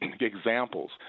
examples